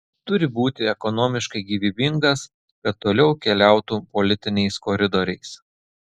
turi būti ekonomiškai gyvybingas kad toliau keliautų politiniais koridoriais